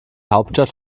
hauptstadt